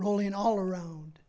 rolling all around